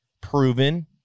proven